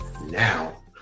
NOW